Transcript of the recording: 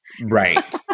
Right